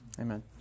amen